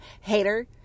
hater